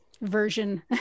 version